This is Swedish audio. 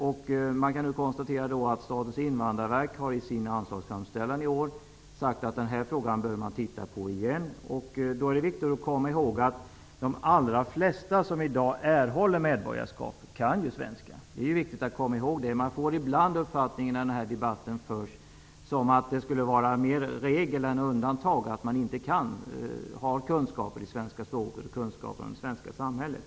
Vi kan nu konstatera att Statens invandrarverk i sin anslagsframställning i år har sagt att man bör titta på den här frågan igen. Det är då viktigt att komma ihåg att de allra flesta som i dag erhåller medborgarskap kan svenska. Man får ibland i debatten uppfattningen att det skulle vara mera regel än undantag att invandrare inte har kunskaper i svenska språket eller kunskaper om det svenska samhället.